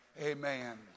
Amen